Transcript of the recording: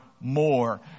more